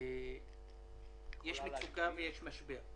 יש מצוקה ויש משבר.